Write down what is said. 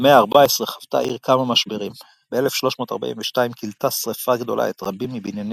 במאה ה-14 חוותה העיר כמה משברים ב-1342 כילתה שרפה גדולה את רבים מבנייני